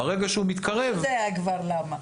הוא כבר יודע למה.